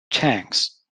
tanks